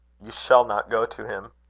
you shall not go to him.